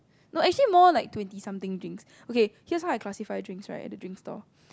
no actually more like twenty something drinks okay here's how I classify drinks at the drinks' stall